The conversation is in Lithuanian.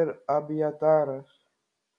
ir abjataras